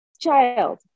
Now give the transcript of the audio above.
child